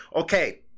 Okay